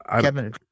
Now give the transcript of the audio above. Kevin